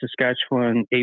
Saskatchewan